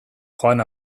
joan